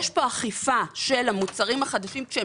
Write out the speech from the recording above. יש כאן אכיפה של המוצרים החדשים שהם